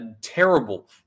terrible